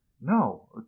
No